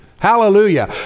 Hallelujah